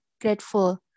grateful